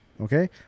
Okay